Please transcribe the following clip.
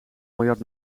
miljard